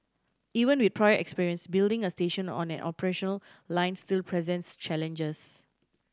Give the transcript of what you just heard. even with prior experience building a station on an operational line still presents challenges